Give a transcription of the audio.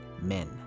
men